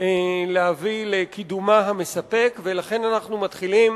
להביא לקידומה המספק ולכן אנחנו מתחילים